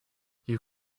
you